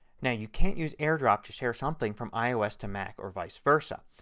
now you can't use airdrop to share something from ios to mac or vice versa.